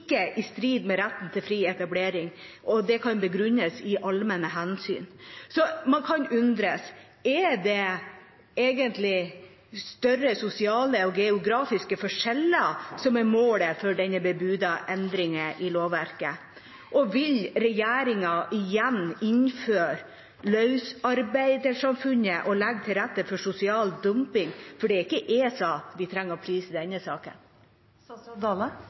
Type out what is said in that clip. i strid med retten til fri etablering, og det kan begrunnes i allmenne hensyn. Man kan undres: Er det egentlig større sosiale og geografiske forskjeller som er målet for den bebudete endringen i lovverket, og vil regjeringa igjen innføre løsarbeidersamfunnet og legge til rette for sosial dumping? For det er ikke ESA vi trenger å «please» i denne